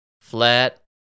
Flat